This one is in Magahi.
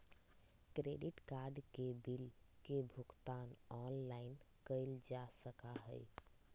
क्रेडिट कार्ड के बिल के भुगतान ऑनलाइन कइल जा सका हई